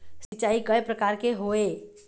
सिचाई कय प्रकार के होये?